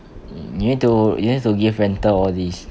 you need to you need to give rental all these